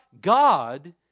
God